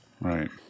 Right